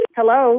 Hello